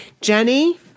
Jenny